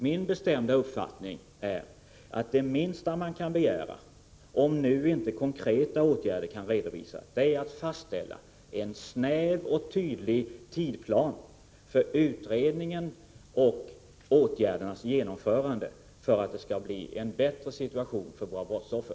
Min bestämda uppfattning är att det minsta man kan begära, om konkreta åtgärder inte nu kan redovisas, är att en snäv och tydlig tidsplan fastställs för utredningen och genomförandet av åtgärderna för att åstadkomma en bättre situation för våra brottsoffer.